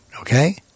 okay